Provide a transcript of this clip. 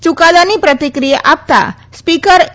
યુકાદાની પ્રતિક્રિયા આપતાં સ્પીકર એ